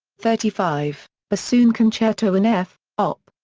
thirty five bassoon concerto in f, op.